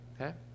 Okay